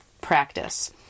practice